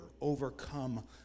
overcome